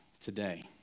today